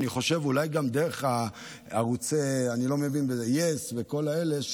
אני חושב שאולי דרך הערוצים של yes וכל האלה,